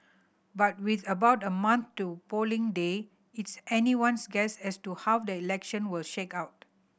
but with about a month to polling day it's anyone's guess as to how the election will shake out